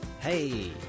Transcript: Hey